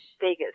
Vegas